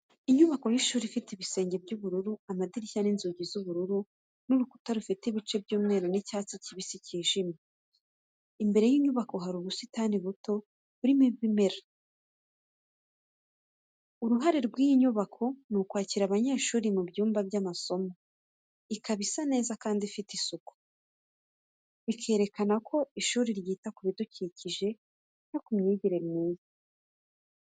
Inyubako y’ishuri ifite ibisenge by’ubururu, amadirishya n’inzugi z’ubururu, n’urukuta rufite ibice by’umweru n’iby’icyatsi kibisi cyijimye ku munsi. Mbere y’inyubako hari ubusitani buto burimo ibimera n’ikiraro cy’umuhanda w’igitaka. Uruhare rw’iyi nyubako ni ukwakira abanyeshuri mu byumba by’amasomo, ikaba isa neza kandi ifite isuku, bikerekana ko ishuri ryita ku bidukikije no ku myigire myiza.